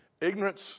Ignorance